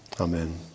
Amen